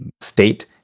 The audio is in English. state